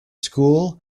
school